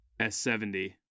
s70